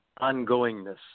ongoingness